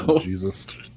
Jesus